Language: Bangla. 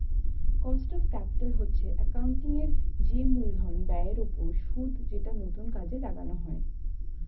কস্ট অফ ক্যাপিটাল হচ্ছে অ্যাকাউন্টিং এর যে মূলধন ব্যয়ের ওপর সুদ যেটা নতুন কাজে লাগানো হয়